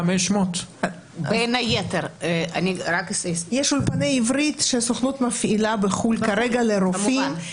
יש אולפני עברית שהסוכנות מפעילה בחו"ל כרגע לרופאים,